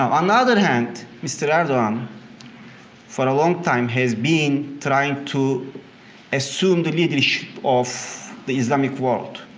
on the other hand mr. erdogan for a long time has been trying to assume the leadership of the islamic world.